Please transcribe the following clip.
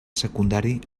secundari